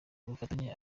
ubufatanye